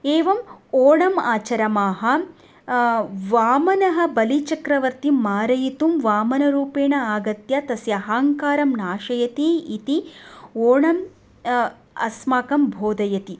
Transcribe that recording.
एवम् ओणम् आचरामः वामनः बलिं चक्रवर्तिं मारयितुं वामनरूपेण आगत्य तस्य अहङ्कारं नाशयति इति ओणम् अस्माकं बोधयति